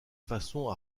façon